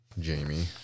Jamie